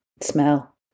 smell